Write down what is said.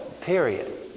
period